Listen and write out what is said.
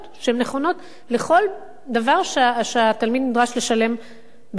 שהן נכונות לכל דבר שהתלמיד נדרש לשלם בגינו,